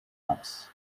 taps